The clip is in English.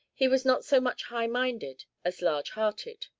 he was not so much high-minded as large-hearted.